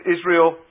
Israel